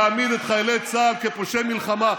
להעמיד את חיילי צה"ל כפושעי מלחמה,